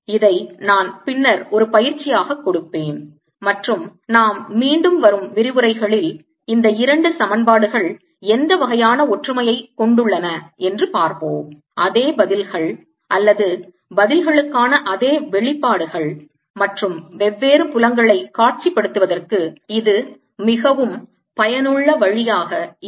இதை நான் பின்னர் ஒரு பயிற்சியாக கொடுப்பேன் மற்றும் நாம் மீண்டும் வரும் விரிவுரைகளில் இந்த இரண்டு சமன்பாடுகள் இந்த வகையான ஒற்றுமையை கொண்டுள்ளன என்று பார்ப்போம் அதே பதில்கள் அல்லது பதில்களுக்கான அதே வெளிப்பாடுகள் மற்றும் வெவ்வேறு புலங்களைக் காட்சிப்படுத்துவதற்கு இது மிகவும் பயனுள்ள வழியாக இருக்கும்